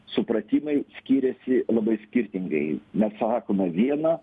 supratimai skirėsi labai skirtingai na sakoma viena